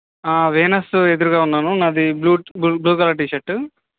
Venus ఎదురుగా ఉన్నాను నాది బ్లూ బ్లూ కలర్ టీషర్టు